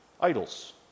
idols